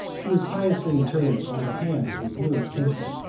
he was piously interred by the hands of his nearest kinsman,